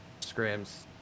Scrams